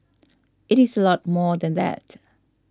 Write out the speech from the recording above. it is a lot more than that